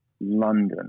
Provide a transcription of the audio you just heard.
London